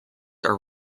are